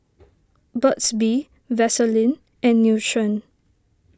Burt's Bee Vaselin and Nutren